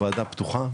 זו וועדה פתוחה,